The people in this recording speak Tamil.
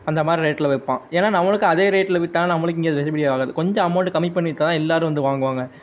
அந்த மாதிரி ரேட்டில் விற்ப்பான் ஏனால் நம்மளுக்கு அதே ரேட்டில் விற்றா நம்மளுக்கு இங்கே கட்டுப்படி ஆகாது கொஞ்சம் அமௌண்ட்டு கம்மி பண்ணி விற்றா தான் எல்லோரும் வந்து வாங்குவாங்க